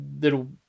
little